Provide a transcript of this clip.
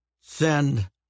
send